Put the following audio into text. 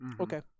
Okay